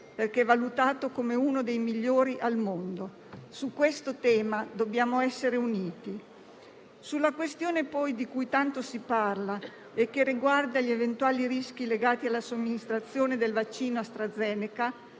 perché è valutato come uno dei migliori al mondo. Su questo tema dobbiamo essere uniti. Sulla questione di cui tanto si parla e che riguarda gli eventuali rischi legati alla somministrazione del vaccino AstraZeneca,